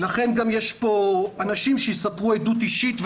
לכן גם יש פה אנשים שיספרו עדות אישית.